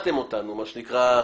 תודה.